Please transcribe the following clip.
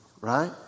right